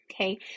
Okay